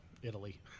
Italy